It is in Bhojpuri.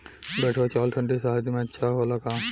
बैठुआ चावल ठंडी सह्याद्री में अच्छा होला का?